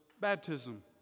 baptism